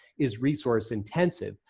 is resource intensive.